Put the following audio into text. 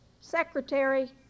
secretary